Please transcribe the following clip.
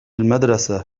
المدرسة